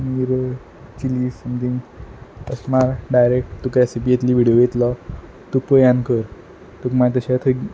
मागीर chilli something अशें ना तुका डायरेक्ट रेसिपी येतली विडियो येतलो तूं पय आनी कर तुका मागीर तशें थंय